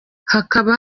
hakaba